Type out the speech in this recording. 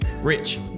Rich